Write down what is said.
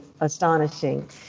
astonishing